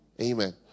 Amen